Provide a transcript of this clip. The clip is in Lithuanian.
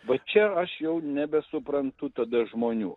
va čia aš jau nebesuprantu tada žmonių